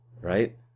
Right